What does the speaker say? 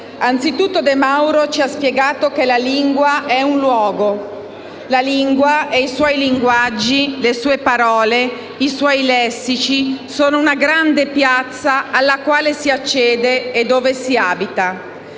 Anzitutto, De Mauro ci ha spiegato che la lingua è un luogo. La lingua, i suoi linguaggi, le sue parole, i suoi lessici sono una grande piazza alla quale si accede e dove si abita.